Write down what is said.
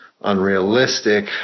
unrealistic